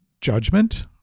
judgment